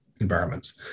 environments